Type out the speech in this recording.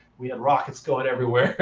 we had rockets going everywhere.